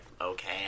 okay